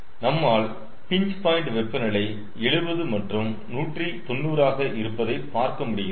நம்மால் பின்ச்பாயிண்ட் வெப்பநிலை 70 மற்றும் 190 ஆக இருப்பதை பார்க்க முடிகிறது